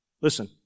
Listen